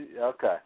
Okay